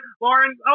Lauren